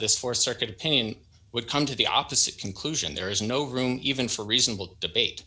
this for circuit opinion would come to the opposite conclusion there is no room even for reasonable debate